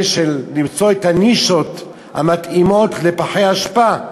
למצוא את הנישות המתאימות לפחי אשפה.